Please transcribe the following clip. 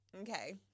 Okay